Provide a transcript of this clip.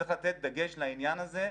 צריך לתת דגש לעניין הזה,